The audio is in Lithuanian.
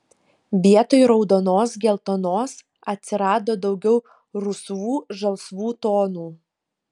vietoj raudonos geltonos atsirado daugiau rusvų žalsvų tonų